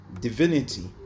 divinity